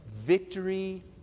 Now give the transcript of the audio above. victory